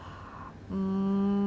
mm